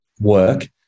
work